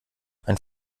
ein